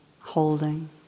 holding